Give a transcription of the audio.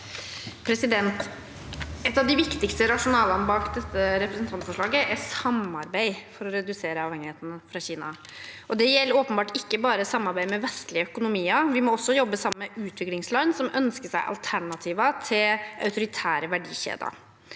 Et av de viktigste rasjo- nalene bak dette representantforslaget er samarbeid for å redusere avhengigheten av Kina. Det gjelder åpenbart ikke bare samarbeid med vestlige økonomier; vi må også jobbe sammen med utviklingsland som ønsker seg alternativer til autoritære verdikjeder.